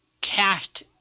cast